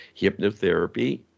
hypnotherapy